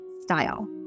style